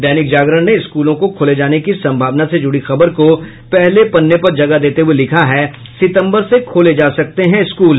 दैनिक जागरण ने स्कूलों को खोले जाने की संभावना से जुड़ी खबर को पहले पन्ने पर जगह देते हुये लिखा है सितंबर से खोले जा सकते हैं स्कूल